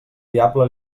diable